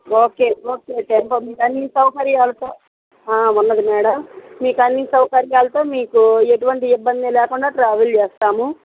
okay okay tempo మీకు అన్ని సౌకర్యాలతో ఉన్నది మ్యాడమ్ మీకు అన్ని సౌకర్యాలతో మీకు ఎటువంటి ఇబ్బంది లేకుండా ట్రావెల్ చేస్తాము